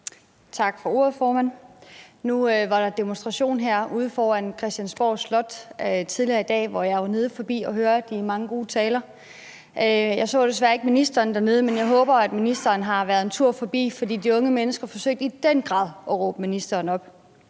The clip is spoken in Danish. Tak for ordet, formand. Nu var der demonstration herude foran Christiansborg Slot tidligere i dag, og jeg var nede forbi at høre de mange gode taler. Jeg så desværre ikke ministeren dernede, men jeg håber, at ministeren har været en tur forbi, for de unge mennesker forsøgte i den grad at råbe ministeren op.